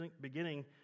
beginning